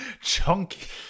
Chunky